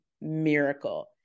miracle